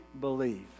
believe